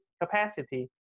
capacity